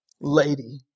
lady